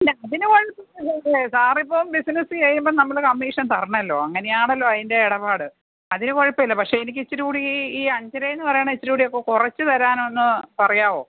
അതിന് കുഴപ്പവുമില്ല സാറ് ഇപ്പോൾ ബിസിനസ് ചെയ്യുമ്പോൾ നമ്മൾ കമ്മീഷൻ തരണമല്ലോ അങ്ങനെയാണല്ലോ അതിൻ്റെ ഇടപാട് അതിന് കുഴപ്പില്ല പക്ഷേ എനിക്ക് ഇച്ചിരി കൂടി ഈ അഞ്ചര എന്ന് പറയണ ഇച്ചിരി കൂടി ഒക്കെ കുറച്ചു തരാനൊന്ന് പറയാമോ